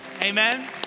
amen